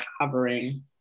covering